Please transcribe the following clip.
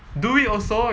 do it also